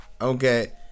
Okay